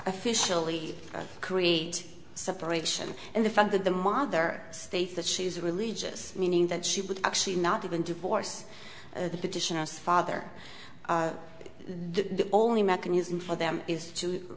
officially create separation and the fact that the mother states that she's religious meaning that she would actually not even divorce petition our father the only mechanism for them is to